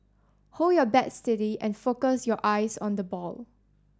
hold your bat steady and focus your eyes on the ball